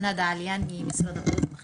בינונית אכלו אותה והיו שבעים,